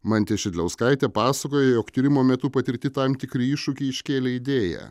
mantė šidliauskaitė pasakoja jog tyrimo metu patirti tam tikri iššūkiai iškėlė idėją